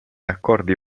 accordi